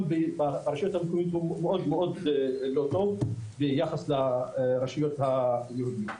ברשויות המקומיות הוא מאוד לא טוב ביחס לרשויות היהודיות.